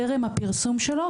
טרם הפרסום שלו,